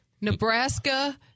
Nebraska-